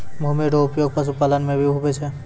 भूमि रो उपयोग पशुपालन मे भी हुवै छै